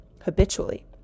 habitually